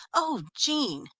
oh, jean,